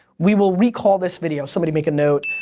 we will recall this video, somebody make a note,